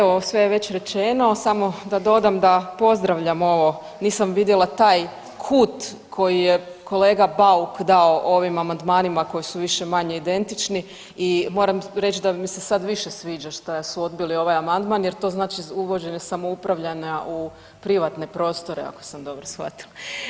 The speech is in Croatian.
Evo sve je već rečeno, samo da dodam da pozdravljam ovo nisam vidjela taj kut koji je kolega Bauak dao ovim amandmanima koji svu više-manje identični i moram reći da mi se sad više sviđa što su odbili ovaj amandman jer to znači uvođenje samoupravljanja u privatne prostore ako sam dobro shvatila.